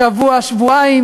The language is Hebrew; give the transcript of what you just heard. שבוע-שבועיים,